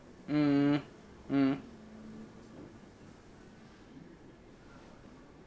mm mm